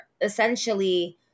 essentially